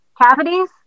cavities